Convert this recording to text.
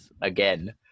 again